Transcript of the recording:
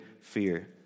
fear